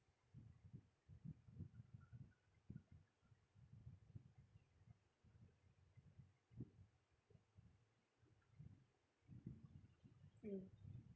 mm